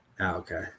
okay